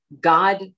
God